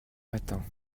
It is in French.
matins